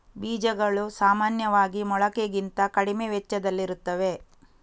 ಬೀಜಗಳು ಸಾಮಾನ್ಯವಾಗಿ ಮೊಳಕೆಗಿಂತ ಕಡಿಮೆ ವೆಚ್ಚದಲ್ಲಿರುತ್ತವೆ